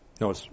No